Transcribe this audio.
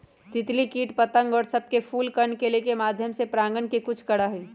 तितली कीट पतंग और सब फूल के कण के लेके माध्यम से परागण के कुछ करा हई